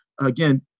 again